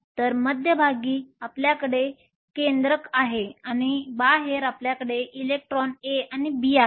तर मध्यभागी आपल्याकडे केंद्रक आहे आणि बाहेर तुमच्याकडे इलेक्ट्रॉन A आणि B आहेत